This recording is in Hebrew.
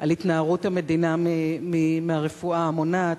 על התנערות המדינה מהרפואה המונעת,